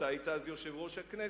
היית אז יושב-ראש הכנסת.